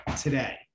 today